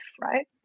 right